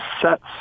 sets